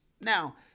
now